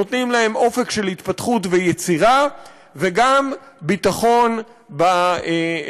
שנותנים להם אופק של התפתחות ויצירה וגם ביטחון באפשרות